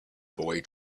boy